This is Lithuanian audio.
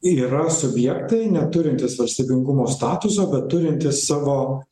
yra subjektai neturintys valstybingumo statuso bet turintys savo